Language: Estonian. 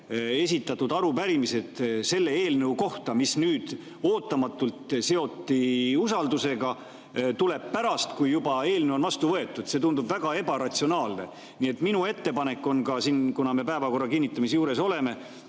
esitatud arupärimised selle eelnõu kohta, mis nüüd ootamatult seoti usaldusega, tulevad pärast, kui eelnõu on juba vastu võetud. See tundub väga ebaratsionaalne. Minu ettepanek, kuna me päevakorra kinnitamise juures oleme,